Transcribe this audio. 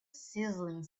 sizzling